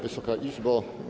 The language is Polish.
Wysoka Izbo!